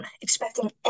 expecting